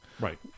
Right